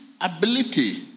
ability